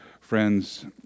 friends